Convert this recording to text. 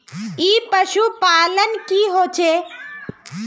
ई पशुपालन की होचे?